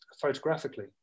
photographically